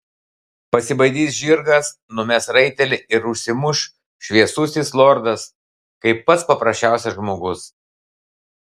pasibaidys žirgas numes raitelį ir užsimuš šviesusis lordas kaip pats paprasčiausias žmogus